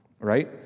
right